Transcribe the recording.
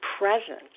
present